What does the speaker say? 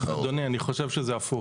אדוני, אני חושב שזה הפוך.